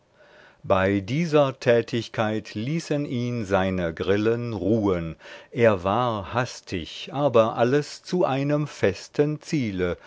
bei dieser tätigkeit ließen ihn seine grillen ruhen er war hastig aber alles zu einem festen ziele